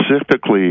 specifically